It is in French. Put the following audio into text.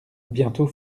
bientôt